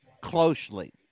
closely